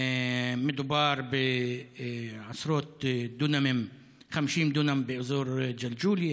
מדובר בעשרות דונמים: 50 דונם באזור ג'לג'וליה,